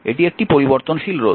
এটিও একটি পরিবর্তনশীল রোধ